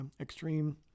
extreme